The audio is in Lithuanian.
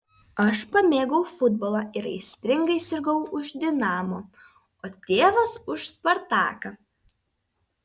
aš pamėgau futbolą ir aistringai sirgau už dinamo o tėvas už spartaką